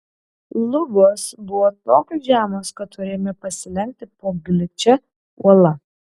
lubos buvo tokios žemos kad turėjome pasilenkti po gličia uola